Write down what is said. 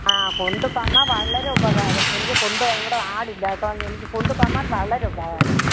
ആ കൊണ്ടു തന്നാൽ വളരെ ഉപകാരം എനിക്ക് കൊണ്ടുവന്നാൽ ഇവിടെ ആളില്ല കേട്ടോ എനിക്ക് കൊണ്ടു തന്നാൽ വളരെ ഉപകാരം